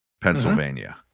Pennsylvania